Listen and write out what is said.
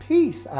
Peace